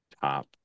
top